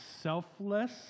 selfless